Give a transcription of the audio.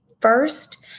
first